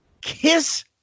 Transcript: Kiss